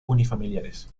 unifamiliares